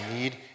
need